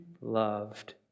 loved